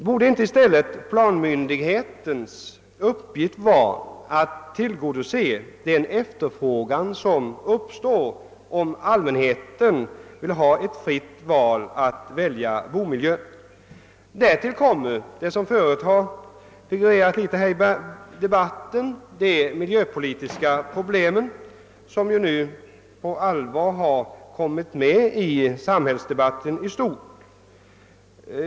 Borde inte i stället planmyndighetens uppgift vara att tillgodose den efterfrågan som uppstår om allmänheten vill ha möjligheter att fritt välja bomiljö? Därtill kommer de miljöpolitiska problemen som hittills figurerat här i debatten. De har nu på allvar kommit med i samhällsdebatten i stort.